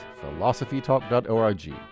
philosophytalk.org